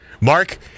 Mark